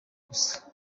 gusa